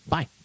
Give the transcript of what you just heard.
Bye